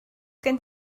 gen